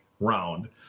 round